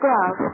glove